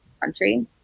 country